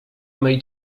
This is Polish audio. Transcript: mej